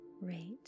rate